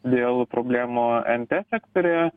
dėl problemų nt sektoriuje